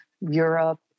Europe